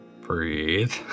Breathe